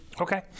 Okay